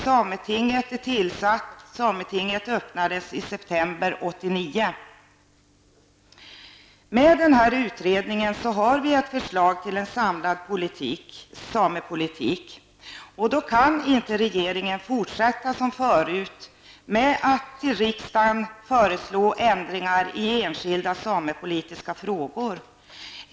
Sametinget är tillsatt och öppnades i september 1989. Med den här utredningen så har vi ett förslag till en samlad samepolitik, och då kan inte regeringen fortsätta som förut med att till riksdagen föreslå ändringar i enskilda samepolitiska frågor.